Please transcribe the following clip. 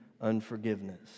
unforgiveness